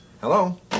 Hello